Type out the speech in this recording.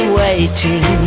waiting